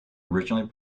originally